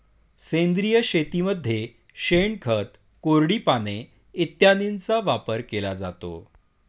सेंद्रिय शेतीमध्ये शेणखत, कोरडी पाने इत्यादींचा वापर केला जातो